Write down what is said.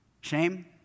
Shame